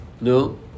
No